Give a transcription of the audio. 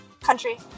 Country